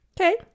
Okay